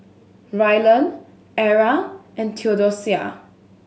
Rylan Era and Theodosia